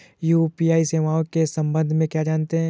UPI सेवाओं के संबंध में क्या जानते हैं?